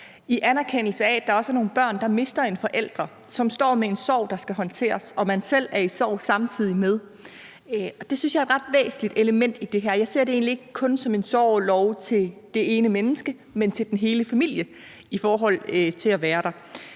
I anerkendelse af at der også er nogle børn, der mister en forælder, og som står med en sorg, der skal håndteres, og man selv er i sorg samtidig med det, synes jeg, det er et ret væsentligt element i det her. Jeg ser det egentlig ikke kun som en sorgorlov til det ene menneske, men til hele familien i forhold til at være der.